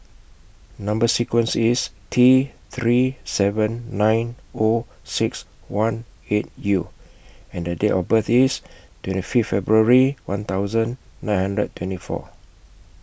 Number sequence IS T three seven nine O six one eight U and The Date of birth IS twenty Fifth February one thousand nine hundred twenty four